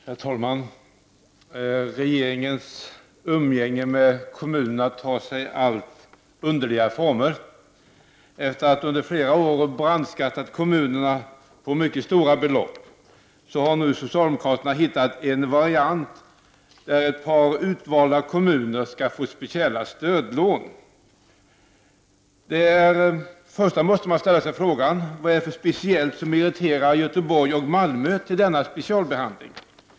Herr talman! Regeringens umgänge med kommunerna tar sig allt underligare former. Efter att under flera år ha brandskattat kommunerna på mycket stora belopp har nu socialdemokraterna hittat en variant enligt vilken ett par utvalda kommuner skall få speciella stödlån. Först måste man fråga sig: Vad är det för speciellt som meriterar Göteborg och Malmö för denna specialbehandling?